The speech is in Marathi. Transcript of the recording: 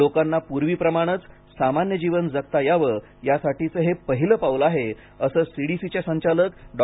लोकांना पूर्वीप्रमाणे सामान्य जीवन जगता यावं यासाठीचे हे पहिले पाऊल आहे असे सीडीसीच्या संचालक डॉ